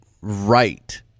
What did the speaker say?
right